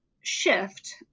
shift